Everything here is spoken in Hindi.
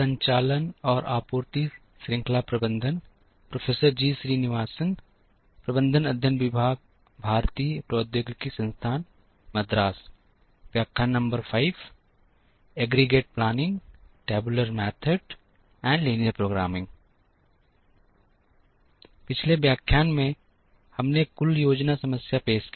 पिछले व्याख्यान में हमने कुल योजना समस्या पेश की